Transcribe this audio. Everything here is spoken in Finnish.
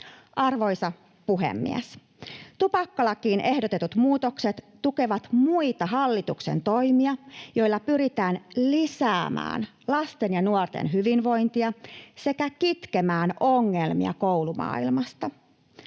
Arvoisa puhemies! Tupakkalakiin ehdotetut muutokset tukevat muita hallituksen toimia, joilla pyritään lisäämään lasten ja nuorten hyvinvointia sekä kitkemään ongelmia koulumaailmasta.